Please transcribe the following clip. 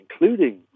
including